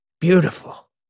Beautiful